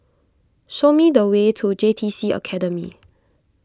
show me the way to J T C Academy